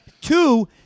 Two